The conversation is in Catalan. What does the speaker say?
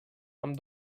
amb